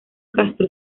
castro